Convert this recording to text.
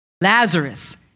Lazarus